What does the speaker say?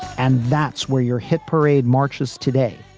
and that's where your hit parade marches today.